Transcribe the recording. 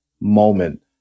moment